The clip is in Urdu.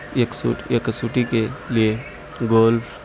یکسوٹ یکسوٹی کے لیے گولف